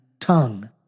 tongue